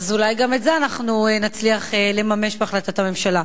אז אולי גם את זה אנחנו נצליח לממש בהחלטת הממשלה.